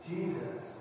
Jesus